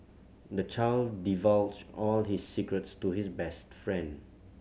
the child divulged all his secrets to his best friend